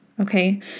okay